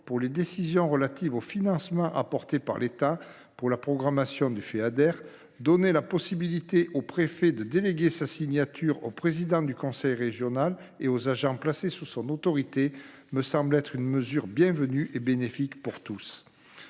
pour les décisions relatives aux financements apportés par l’État pour la programmation du Feader, donner la possibilité au préfet de déléguer sa signature au président du conseil régional et aux agents placés sous son autorité me semble une mesure bienvenue. Une telle